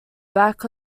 back